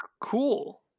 cool